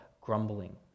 grumbling